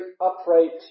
upright